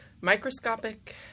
microscopic